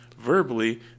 verbally